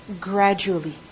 Gradually